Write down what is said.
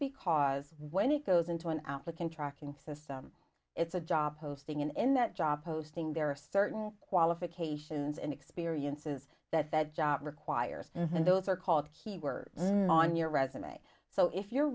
because when it goes into an applicant tracking system it's a job posting and in that job posting there are certain qualifications and experiences that that job requires and those are called keywords on your resume so if your